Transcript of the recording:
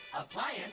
appliance